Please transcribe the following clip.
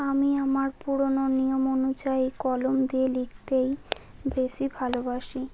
আমি আমার পুরোনো নিয়ম অনুযায়ী কলম দিয়ে লিখতেই বেশি ভালোবাসি